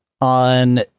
on